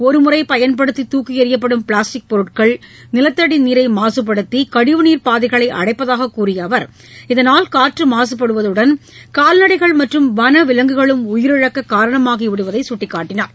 ஒருமுறை பயன்படுத்தி தூக்கி எறியப்படும் பிளாஸ்டிக் பொருட்கள் நிலத்தடி நீரை மாசுபடுத்தி கழிவு நீர்ப்பாதைகளை அடைப்பதாக கூறிய அவர் இதனால் காற்று மாசுபடுவதுடன் கால்நடைகள் மற்றும் வன விலங்குகளும் உயிரிழக்க காரணமாகி விடுவதாக சுட்டிக்காட்டினார்